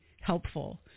helpful